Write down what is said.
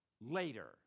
later